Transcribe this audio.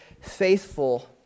faithful